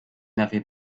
n’avez